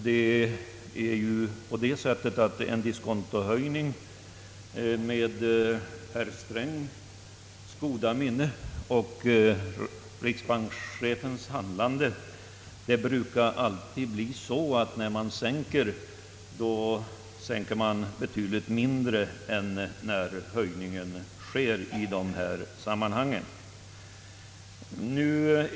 Men som alltid brukar ju en diskontosänkning, med herr Strängs goda minne och riksbankschefens handlande, bli betydligt mindre än den föregående höjningen.